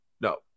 No